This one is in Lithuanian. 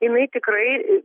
jinai tikrai